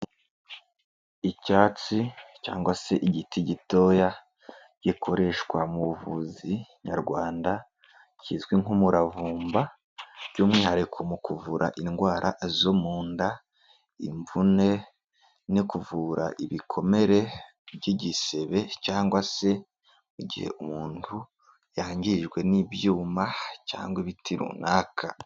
Icyatsi cyangwa se igiti gitoya gikoreshwa mu buvuzi nyarwanda kizwi nk'umuravumba by'umwihariko mu kuvura indwara zo mu nda, imvune no kuvura ibikomere by'igisebe cyangwa se mu gihe umuntu yangijwe n'ibyuma cyangwa ibiti runaka.